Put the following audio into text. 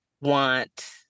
want